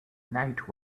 night